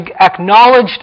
acknowledged